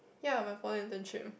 ya my poly internship